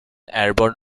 airborne